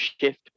shift